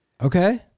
Okay